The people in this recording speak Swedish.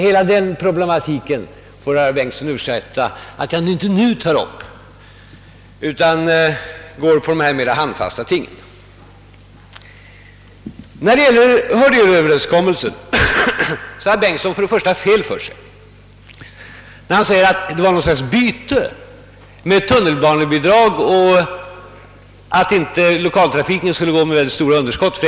Herr Bengtson får ursäkta att jag inte nu tar upp hela problematiken utan i stället håller mig till de mera handfasta tingen. När det gäller Hörjelöverenskommelsen har herr Bengtson fel när han säger att den innebar något sorts byte mellan tunnelbanebidrag och ersättning till SJ för att lokaltrafiken inte skulle gå med ett väldigt stort underskott.